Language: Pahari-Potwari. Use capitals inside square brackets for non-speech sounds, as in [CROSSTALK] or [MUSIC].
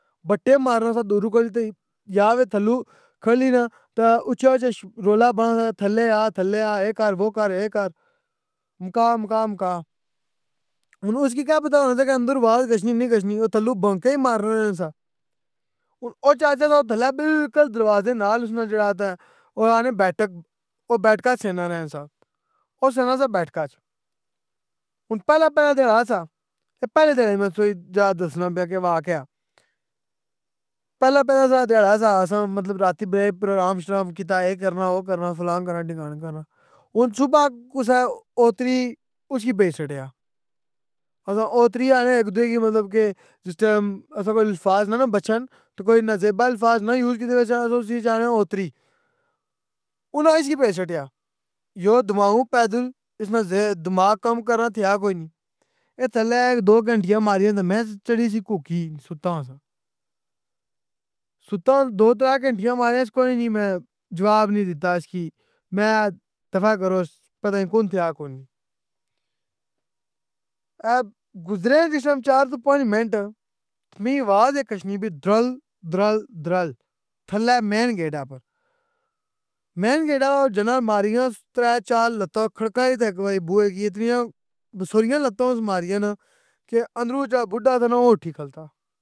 بٹے مارنا سہ دوروں کھلتے ای گیا وے تھلوں کھلی ناں تہ اُچا اُچا رولا پانا تھلے آ تھلے آ اے کر وہ کر اے کر مکا مکا مکا۔ ہن اُسکی کہ پتہ ہونا سہ اندر آواز گشنی نئی گشنی او تھلوں بانکے ای مارنا ناں سہ، ہن او [UNINTELLIGIBLE] تھلے بلکل دروازے نال اسناں جیڑا تہ او اخنے بیٹھک، او بیٹھکا [UNINTELLIGIBLE] سہ۔ او سونا سہ بیٹھکا اچ، ہن پہلے پہلے تہ ہوا سہ۔ اے پہلے دا ای میں تُساں کی جیڑا دسنا پیاں کہ ہوا کیا۔ پہلے تہ اساں دہاڑاں اچ [UNINTELLIGIBLE] ساں مطلب راتی پروگرام شرام کیتا اے کرنا او کرنا فلاں کرنا ڈھمکان کرنا، ہن صبح کسے اوتری اُسکی بھیج چھڈییا، اساں اوتری اخنے اک دوی کی مطلب کہ جِس ٹیم اساں کول الفاظ نا نہ بچن تو کوئی نازیبہ الفاظ نہ یوز کیتے تو اِس واسطے اسی اُسکی اخنے آں اوتری۔ اناں اسکی بھیج چھڈیا، یو دماغو پیدل، اسنا دماغ کام کرنا تھیا کوئی نی، اے تھلے اک دو گھنٹیاں ماریاں تہ میں چڑی سی گُکی ستا ہویا ساں۔ ستا دو ترے گھنٹیاں ماریس کوئی نی میں جواب نی دِتّا اسکی، میں اخیا دفعہ کروس پتہ نی کون تھیا کون نی۔ [HESITATION] اے گزرے نہ جِس ٹیم چار توں پنج منٹ، مکی آواز اک اشنی پی درل درل درل تھلے مین گیٹا اپر، مین گیٹا پر جنے ماریاں اس ترے چارلتاں کھڑکائ تہ اک واری بوئے کی اتنیاں بصوریاں لتاں اُس ماریاں ناں کہ اندروں جیڑا بڈا تھا نہ او اُٹھی کھلتا